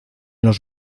los